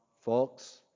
folks